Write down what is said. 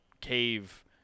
cave